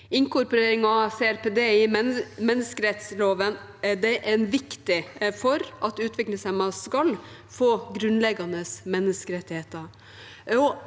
Inkorporering av CRPD i menneskerettsloven er viktig for at utviklingshemmede skal få grunnleggende menneskerettigheter